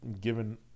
given